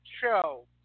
show